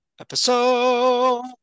episode